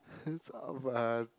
it's over